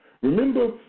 Remember